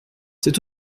c’est